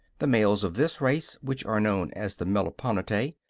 the males of this race, which are known as the meliponitae,